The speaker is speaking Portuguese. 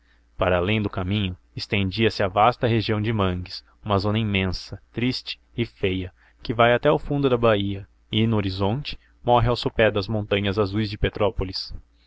para além do caminho estendia-se a vasta região de mangues uma zona imensa triste e feia que vai até ao fundo da baía e no horizonte morre ao sopé das montanhas azuis de petrópolis